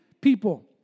people